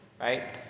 right